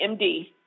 MD